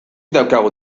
daukagu